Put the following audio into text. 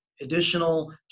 additional